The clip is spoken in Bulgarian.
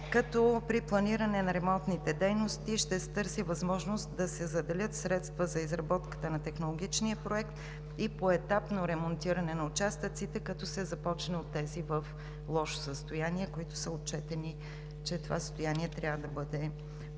като при планиране на ремонтните дейности ще се търси възможност да се заделят средства за изработката на технологичния проект и поетапно ремонтиране на участъците, като се започне от тези в лошо състояние, при които е отчетено, че това състояние трябва да бъде